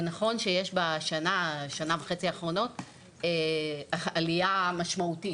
זה נכון שיש בשנה-שנה וחצי אחרונות יש עליה משמעותית,